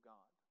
God